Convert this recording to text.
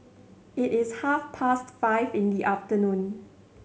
it is half past five in the afternoon